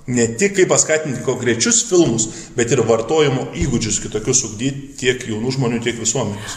ne tik kaip paskatint konkrečius filmus bet ir vartojimo įgūdžius kitokius ugdyt tiek jaunų žmonių tiek visuomenės